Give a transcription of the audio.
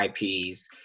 IPs